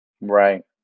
Right